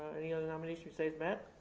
any other nominations besides matt?